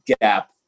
gap